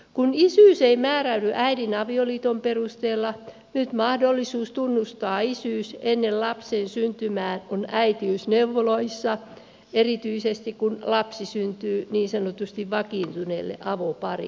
kun isyys ei määräydy äidin avioliiton perusteella nyt mahdollisuus tunnustaa isyys ennen lapsen syntymää on äitiysneuvoloissa erityisesti kun lapsi syntyy niin sanotusti vakiintuneelle avoparille